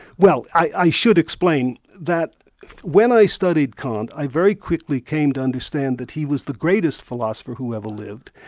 well i should explain that when i studied kant, i very quickly came to understand that he was the greatest philosopher who ever lived,